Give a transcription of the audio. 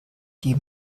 die